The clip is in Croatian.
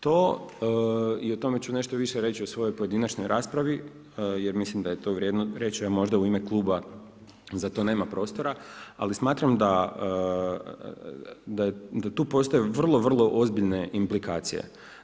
To je i o tome ću nešto više reći u svojoj pojedinačnoj raspravi jer mislim da je to vrijedno reći, a možda u ime kluba za to nema prostora, ali smatram da tu postoje vrlo, vrlo ozbiljne implikacije.